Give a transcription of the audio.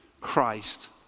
Christ